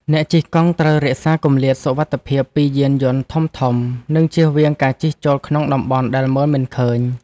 អ្នកជិះកង់ត្រូវរក្សាគម្លាតសុវត្ថិភាពពីយានយន្តធំៗ និងជៀសវាងការជិះចូលក្នុងតំបន់ដែលមើលមិនឃើញ។